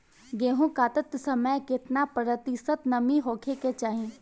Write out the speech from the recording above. गेहूँ काटत समय केतना प्रतिशत नमी होखे के चाहीं?